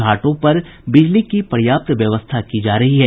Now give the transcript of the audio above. घाटों पर बिजली की पर्याप्त व्यवस्था की जा रही है